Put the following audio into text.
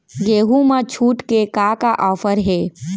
गेहूँ मा छूट के का का ऑफ़र हे?